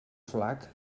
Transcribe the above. flac